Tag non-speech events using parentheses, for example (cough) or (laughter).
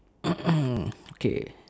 (noise) okay